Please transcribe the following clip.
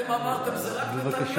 אתם אמרתם: זה רק נתניהו,